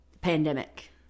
pandemic